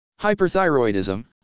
Hyperthyroidism